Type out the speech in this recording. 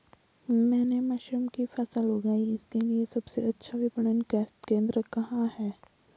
मैंने मशरूम की फसल उगाई इसके लिये सबसे अच्छा विपणन केंद्र कहाँ है?